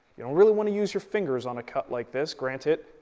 you don't really want to use your fingers on a cut like this. granted,